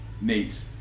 Neat